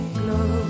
glow